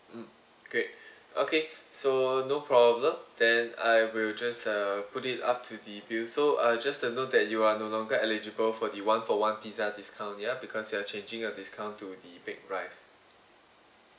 mm great okay so no problem then I will just uh put it up to the bills so uh just a note that you are no longer eligible for the one for one pizza discount ya because you are changing your discount to the baked rice